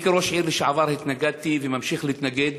אני, כראש עיר לשעבר, התנגדתי, וממשיך להתנגד,